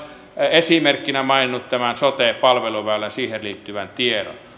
esimerkkinä maininnut tämän sote palveluväylän siihen liittyvän tiedon